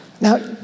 Now